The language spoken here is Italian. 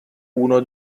uno